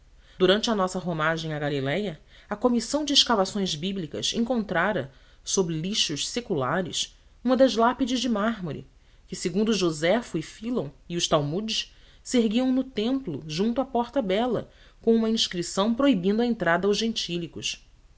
durante a nossa romagem a galiléia a comissão de escavações bíblicas encontrara sob lixos seculares uma das lápides de mármore que segundo josefo e fílon e os talmudes se erguiam no templo junto à porta bela com uma inscrição proibindo a entrada aos gentílicos